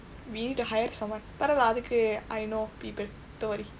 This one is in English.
we need to hire someone பரவாயில்ல அதுக்கு:paravaayillai athukku I know people don't worry